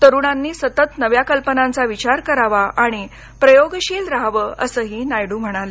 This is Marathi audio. तरूणांनी नव्या कल्पनांचा सतत विचार करावा आणि प्रयोगशील राहावं असंही नायडू म्हणाले